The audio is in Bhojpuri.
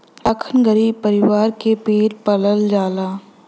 लाखन गरीब परीवार के पेट पालल जाला